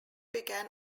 began